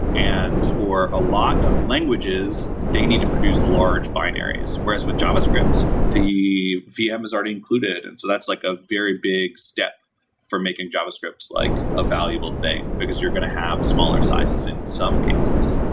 and for a lot of languages, they need to produce large binaries. whereas with javascript, the vms aren't included, and so that's like a very big step for making javascripts like a valuable thing, because you're going to have smaller sizes in some cases.